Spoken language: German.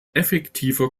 effektiver